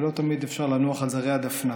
ולא תמיד אפשר לנוח על זרי הדפנה.